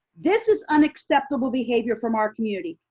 this is unacceptable behavior from our community.